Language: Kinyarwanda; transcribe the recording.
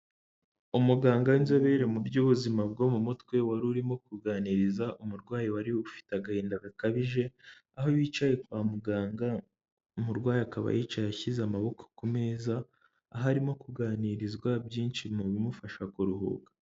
Umuganga w'inzobere mu by'ubuzima bwo mu mutwe wari urimo kuganiriza umurwayi wari ufite agahinda gakabije aho yicaye kwa muganga, umurwayi akaba yicaye ashyize amaboko ku meza aho arimo kuganirizwa byinshi mu bimufasha kuruhuka.